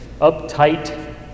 uptight